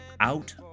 Out